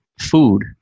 food